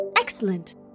Excellent